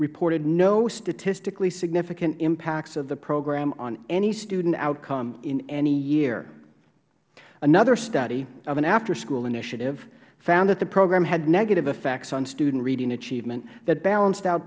reported no statistically significant impacts of the program on any student outcome in any year another student of an after school initiative found that the program had negative effects on student reaching achievement that balanced out